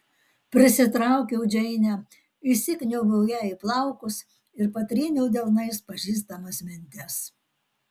prisitraukiau džeinę įsikniaubiau jai į plaukus ir patryniau delnais pažįstamas mentes